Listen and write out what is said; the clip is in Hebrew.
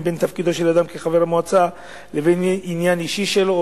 בין תפקידו של אדם כחבר המועצה לבין עניין אישי שלו,